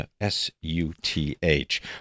S-U-T-H